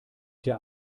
der